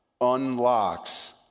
unlocks